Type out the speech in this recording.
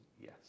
Yes